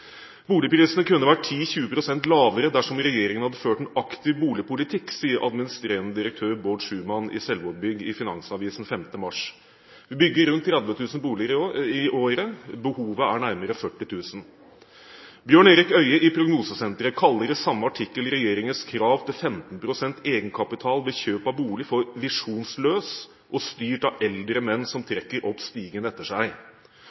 Boligprisene kunne vært 10–20 pst. lavere dersom regjeringen hadde ført en aktiv boligpolitikk, sier administrerende direktør Baard Schumann i Selvaag Bygg i Finansavisen 5. mars. Vi bygger rundt 30 000 boliger i året. Behovet er nærmere 40 000. Bjørn Erik Øye i Prognosesenteret kaller i samme artikkel regjeringens krav til 15 pst. egenkapital ved kjøp av bolig for «visjonsløs, og styrt av eldre menn som trekker opp stigen etter seg».